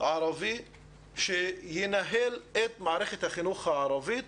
ערבי שינהל את מערכת החינוך הערבית.